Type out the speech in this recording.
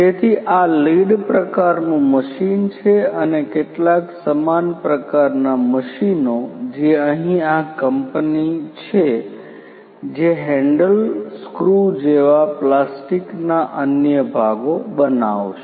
તેથી આ લીડ પ્રકારનું મશીન છે અને કેટલાક સમાન પ્રકારના મશીનો જે અહીં આ કંપની છે જે હેન્ડલ સ્ક્રૂ જેવા પ્લાસ્ટિકના અન્ય ભાગો બનાવશે